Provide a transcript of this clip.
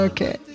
Okay